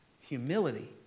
Humility